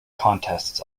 contests